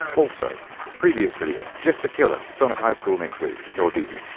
also previous video. jeff the killer. sonic high school next week. nordvpn!